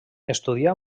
estudià